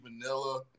vanilla